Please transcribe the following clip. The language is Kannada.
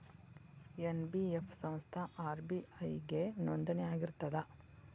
ಎನ್.ಬಿ.ಎಫ್ ಸಂಸ್ಥಾ ಆರ್.ಬಿ.ಐ ಗೆ ನೋಂದಣಿ ಆಗಿರ್ತದಾ?